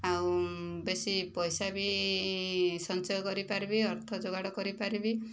ଆଉ ବେଶି ପଇସା ବି ସଞ୍ଚୟ କରିପାରିବି ଅର୍ଥ ଯୋଗାଡ଼ କରିପାରିବି